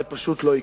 זה פשוט לא יקרה.